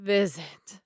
visit